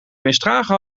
misdragen